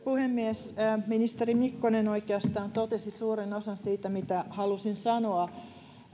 puhemies ministeri mikkonen oikeastaan totesi suuren osan siitä mitä halusin sanoa